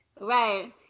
right